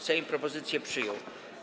Sejm propozycję przyjął.